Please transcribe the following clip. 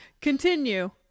Continue